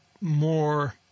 more